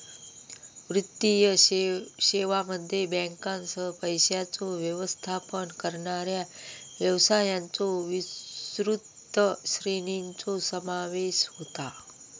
वित्तीय सेवांमध्ये बँकांसह, पैशांचो व्यवस्थापन करणाऱ्या व्यवसायांच्यो विस्तृत श्रेणीचो समावेश होता